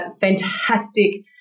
fantastic